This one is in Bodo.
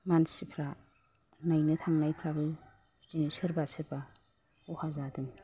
मानसिफ्रा नायनो थांनायफ्राबो बिदिनो सोबा सोरबा खहा जादों